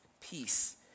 Peace